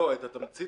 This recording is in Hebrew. התמצית